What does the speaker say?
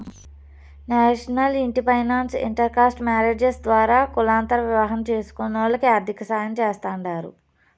national ఇంటి finance inter caste marriages ద్వారా కులాంతర వివాహం చేస్కునోల్లకి ఆర్థికసాయం చేస్తాండారు